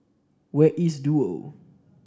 where is Duo